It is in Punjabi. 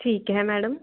ਠੀਕ ਹੈ ਮੈਡਮ